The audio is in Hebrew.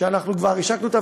ואנחנו כבר השקנו אותה,